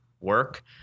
work